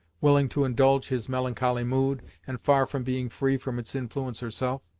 willing to indulge his melancholy mood, and far from being free from its influence herself.